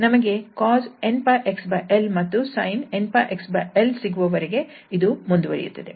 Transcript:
ನಮಗೆ cosnxl ಮತ್ತು sinnxl ಸಿಗುವವರೆಗೆ ಇದು ಮುಂದುವರಿಯುತ್ತದೆ